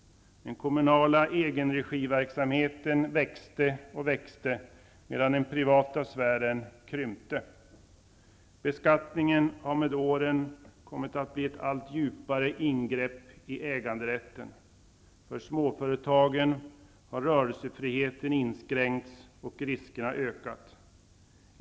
Den kommunala egenregiverksamheten växte och växte, medan den privata sfären krympte. Med åren har beskattningen kommit att bli ett allt djupare ingrepp i äganderätten. Rörelsefriheten har inskränkts och riskerna har ökat för småföretagen.